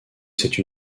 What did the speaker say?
cette